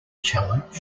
challenged